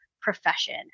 profession